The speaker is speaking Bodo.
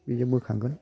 बेजों बोखांगोन